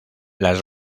las